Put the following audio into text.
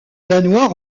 danois